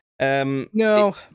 No